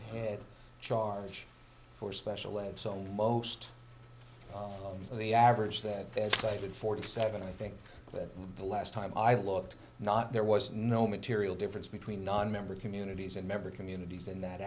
head charge for special ed so most of the average that they have cited forty seven i think that the last time i looked not there was no material difference between nonmembers communities and member communities in that